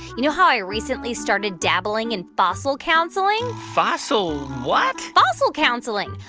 you know how i recently started dabbling in fossil counselling? fossil what? fossil counselling.